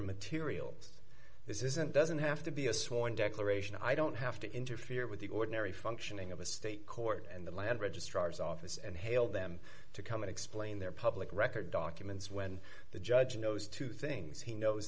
materials this isn't doesn't have to be a sworn declaration i don't have to interfere with the ordinary functioning of a state court and the land registrar's office and hail them to come and explain their public record documents when the judge knows two things he knows